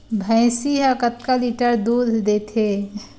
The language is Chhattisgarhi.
भंइसी हा कतका लीटर दूध देथे?